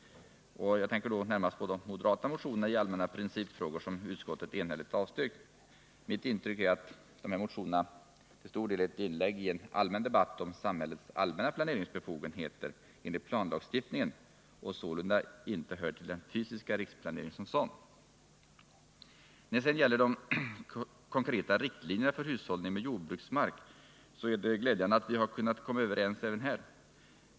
Jag tänker då närmast på de moderata motioner i allmänna principfrågor som utskottet enhälligt avstyrkt. Mitt intryck är att dessa motioner till stor del egentligen är inlägg i en allmän debatt om samhällets allmänna planeringsbefogenheter enligt planlagstiftningen och sålunda inte hör till den fysiska riksplaneringen som sådan. När det sedan gäller de konkreta riktlinjerna för hushållning med jordbruksmark är det glädjande att vi har kunnat komma överens även där.